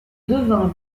devins